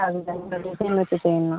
அது வந்து டிசைன் வச்ச செயினா